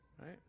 right